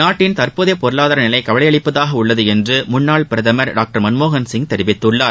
நாட்டின் தற்போதைய பொருளாதார நிலை கவலையளிப்பதாக உள்ளது என்று முன்னாள் பிரதமர் டாக்டர் மன்மோகன்சிங் தெரிவித்துள்ளார்